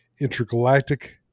intergalactic